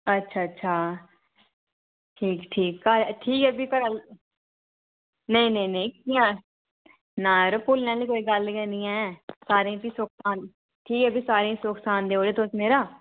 अच्छा अच्छा ठीक ठीक घर ठीक ऐ फ्ही घर आह्ले नेईं नेईं नेईं नां यरो भुल्लना आह्ली कोई गल्ल गै नेईं ऐ सारें ई भी सुक्ख सांद ठीक ऐ भी सारें ई सुक्ख सांद देई ओड़ेओ तुस मेरा